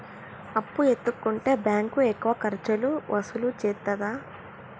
అప్పు ఎత్తుకుంటే బ్యాంకు ఎక్కువ ఖర్చులు వసూలు చేత్తదా?